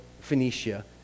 Phoenicia